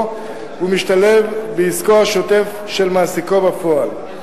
הוא משתלב בעסקו השוטף של מעסיקו בפועל.